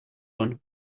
one